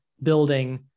Building